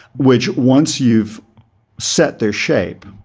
which once you've set their shape,